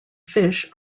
fish